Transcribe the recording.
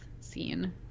scene